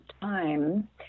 time